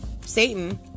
Satan